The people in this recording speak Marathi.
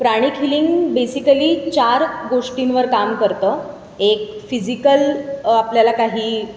प्राणिक हिलिंग बेसिकली चार गोष्टींवर काम करतं एक फिजिकल आपल्याला काही